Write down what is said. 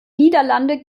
niederlande